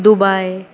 Dubai